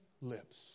lips